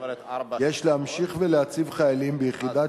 כי יש להמשיך להציב חיילים ביחידות